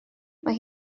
mae